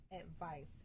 advice